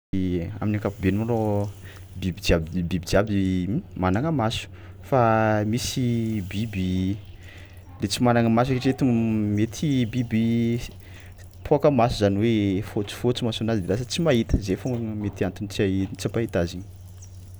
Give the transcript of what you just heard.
Ie amin'ny akapobeny mô lôha biby jiaby biby jiaby m- managna maso fa misy biby de tsy managna maso satria to mety biby s- poaka maso zany hoe fôtsifôtsy masonazy de lasa tsy mahita zay foagna no mety antony tsy hahi- hampahita azy.